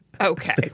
Okay